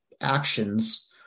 actions